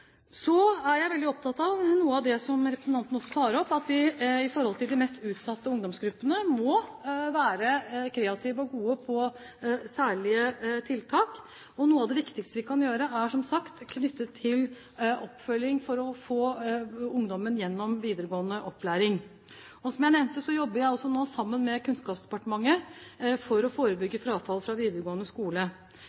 Så er jeg veldig opptatt av noe av det som representanten også tar opp, at vi i forhold til de mest utsatte ungdomsgruppene må være kreative og gode på særlige tiltak. Noe av det viktigste vi kan gjøre, er som sagt knyttet til oppfølging for å få ungdommen gjennom videregående opplæring. Som jeg nevnte, jobber jeg også nå sammen med Kunnskapsdepartementet for å